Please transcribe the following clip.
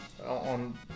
on